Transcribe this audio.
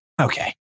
Okay